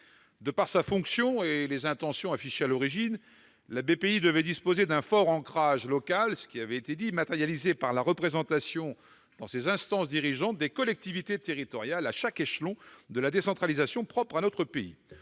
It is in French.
De par sa fonction et les intentions affichées à l'origine, Bpifrance devait disposer d'un fort ancrage local, matérialisé par la représentation dans ses instances dirigeantes des collectivités territoriales, à chaque échelon de la décentralisation propre à notre pays.